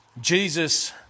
Jesus